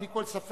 בלי כל ספק,